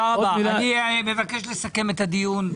אני מבקש לסכם את הדיון.